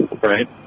right